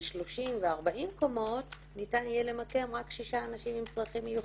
30 ו-40 קומות ניתן יהיה למקם רק ששה אנשים עם צרכים מיוחדים.